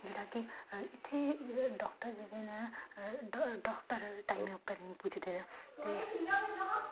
जेह्ड़ा कि इत्थें डॉक्टर जेह्ड़े न डॉक्टर टाईम पर निं पुजदे ते